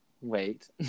wait